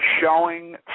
showing